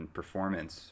performance